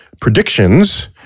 predictions